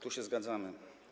Tu się zgadzamy.